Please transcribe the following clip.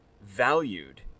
valued